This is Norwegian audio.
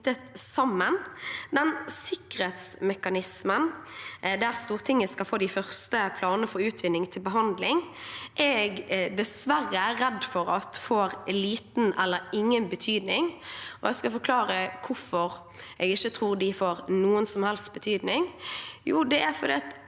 sikkerhetsmekanismen der Stortinget skal få de første planene for utvinning til behandling, er jeg dessverre redd for at får liten eller ingen betydning, og jeg skal forklare hvorfor jeg tror det. Det er fordi